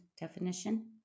definition